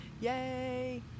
yay